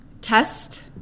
test